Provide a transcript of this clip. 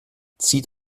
zieht